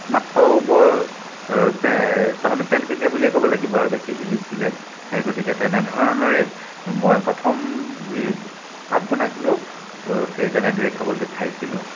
মাত্ৰ বৰ পেন তাৰমানে পেনপেনীয়া বুলিয়ে ক'ব লাগিব আৰু বেছি সিজিছিলে গতিকে তেনেধৰণৰেই মই প্ৰথম যি ভাত বনাইছিলোঁ সেই তেনেদৰেই খাইছিলোঁ